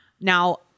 Now